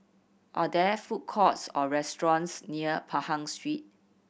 are there food courts or restaurants near Pahang Street